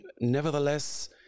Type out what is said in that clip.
Nevertheless